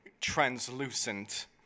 translucent